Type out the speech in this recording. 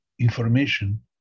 information